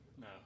No